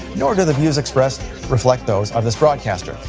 nor do the views expressed reflect those of this broadcaster.